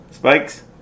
Spikes